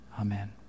amen